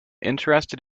interested